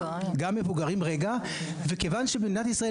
רגע וכיוון שבמדינת ישראל,